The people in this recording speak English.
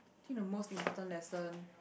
think the most important lesson